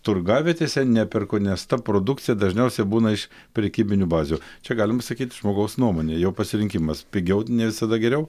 turgavietėse neperku nes ta produkcija dažniausiai būna iš prekybinių bazių čia galima sakyt žmogaus nuomonė jo pasirinkimas pigiau ne visada geriau